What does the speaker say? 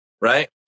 Right